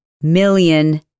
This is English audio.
million